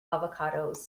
avocados